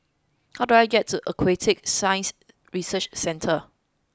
how do I get to Aquatic Science Research Centre